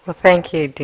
thank you.